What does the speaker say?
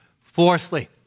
Fourthly